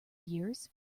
years